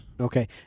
Okay